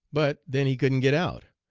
but then he couldn't get out,